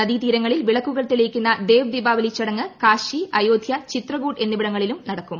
നദി തീരങ്ങളിൽ വിളക്കുകൾ തെളിയിക്കുന്ന ദേവ് ദീപാവലി ചടങ്ങ് കാശി അയോധ്യ ചിത്രകൂട് എന്നിവിടങ്ങളിലും നടക്കും